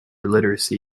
literacy